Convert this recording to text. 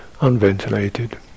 unventilated